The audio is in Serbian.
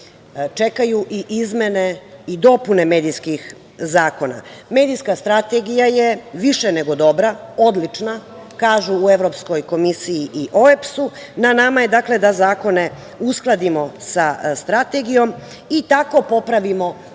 čekaju i izmene i dopune medijskih zakona. Medijska strategija je više nego dobra, odlična, kažu u Evropskoj komisiji i OEBS-u. Na nama je da zakone uskladimo sa Strategijom i tako popravimo ocenu